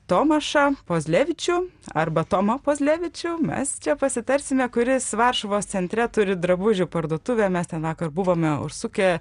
tomašą pozlevičių arba tomą pozlevičių mes čia pasitarsime kuris varšuvos centre turi drabužių parduotuvę mes ten vakar buvome užsukę